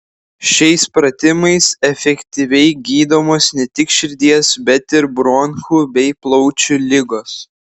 šiais pratimais efektyviai gydomos ne tik širdies bet ir bronchų bei plaučių ligos